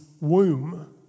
womb